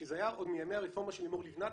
כי זה היה עוד מימי הרפורמה של לימור לבנת.